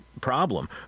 problem